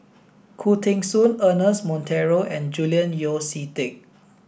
Khoo Teng Soon Ernest Monteiro and Julian Yeo See Teck